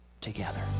together